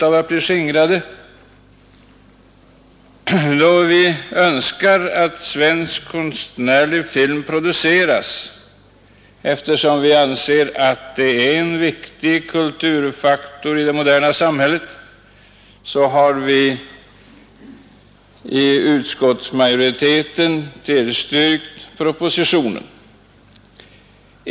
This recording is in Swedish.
Då vi inom utskottsmajoriteten önskar att svensk konstnärlig film produceras, eftersom vi anser den vara en viktig kulturfaktor i det moderna samhället, har vi tillstyrkt propositionen.